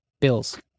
Bills